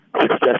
success